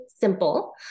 simple